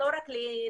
לא רק לבנות,